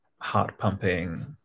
heart-pumping